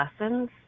lessons